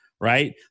right